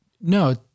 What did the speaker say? No